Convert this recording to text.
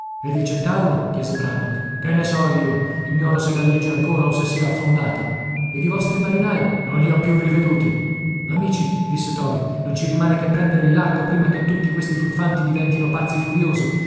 ed il centauro chiese brandok che ne so io ignoro se galleggi ancora o se sia affondato ed i vostri marinai non li ho più riveduti amici disse toby non ci rimane che prendere il largo prima che tutti questi furfanti diventino pazzi furiosi